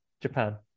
Japan